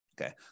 Okay